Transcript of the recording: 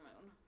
moon